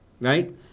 right